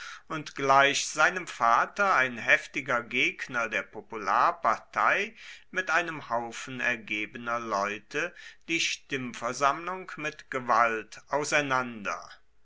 und gleich seinem vater ein heftiger gegner der popularpartei mit einem haufen ergebener leute die stimmversammlung mit gewalt auseinander